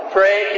Pray